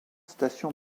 station